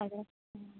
അതെ ഉം